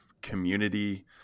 community